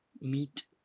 Meat